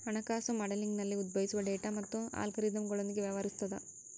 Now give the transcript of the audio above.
ಹಣಕಾಸು ಮಾಡೆಲಿಂಗ್ನಲ್ಲಿ ಉದ್ಭವಿಸುವ ಡೇಟಾ ಮತ್ತು ಅಲ್ಗಾರಿದಮ್ಗಳೊಂದಿಗೆ ವ್ಯವಹರಿಸುತದ